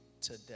today